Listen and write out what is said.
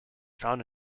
found